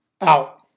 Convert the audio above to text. out